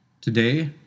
Today